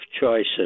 choices